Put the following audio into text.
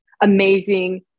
amazing